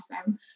awesome